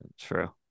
True